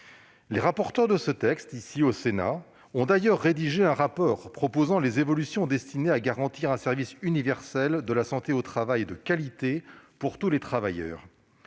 Les rapporteurs de ce texte, ici, au Sénat, ont rédigé un rapport proposant des évolutions destinées à garantir un service universel de la santé au travail de qualité pour tous les travailleurs.